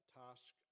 task